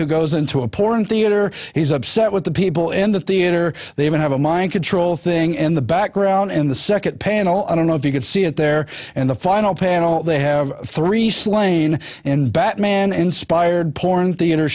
who goes into a porn theater he's upset with the people in the theater they even have a mind control thing in the background in the second panel i don't know if you could see it there and the final panel they have three slain in batman inspired porn theater